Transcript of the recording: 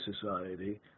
society